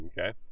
okay